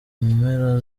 mpera